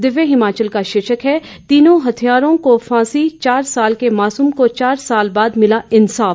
दिव्य हिमाचल का शीर्षक है तीनों हत्यारों को फांसी चार साल के मासूम को चार साल बाद मिला इंसाफ